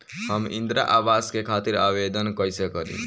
हम इंद्रा अवास के खातिर आवेदन कइसे करी?